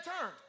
turn